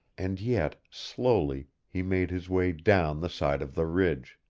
and yet, slowly, he made his way down the side of the ridge.